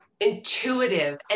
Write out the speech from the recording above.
intuitive